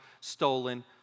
stolen